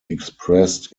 expressed